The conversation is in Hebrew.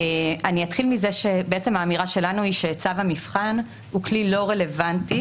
אני אתחיל מזה שהאמירה שלנו היא שצו המבחן הוא כלי לא רלוונטי